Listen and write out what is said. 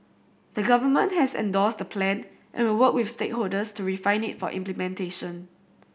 the Government has endorsed the Plan and will work with stakeholders to refine it for implementation